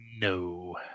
No